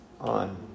on